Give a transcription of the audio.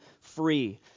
free